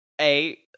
A-